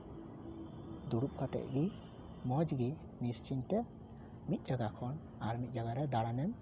ᱫᱩᱲᱩᱵ ᱠᱟᱛᱮ ᱜᱮ ᱢᱚᱡᱽ ᱜᱮ ᱱᱤᱥᱪᱤᱱᱛᱮ ᱢᱤᱫ ᱡᱟᱭᱜᱟ ᱠᱷᱚᱱ ᱟᱨ ᱢᱤᱫ ᱡᱟᱭᱜᱟ ᱨᱮ ᱫᱟᱬᱟᱱᱮᱢ